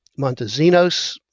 Montezinos